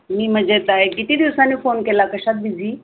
मी मजेत आहे किती दिवसांनी फोन केला कशात बिझी